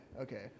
okay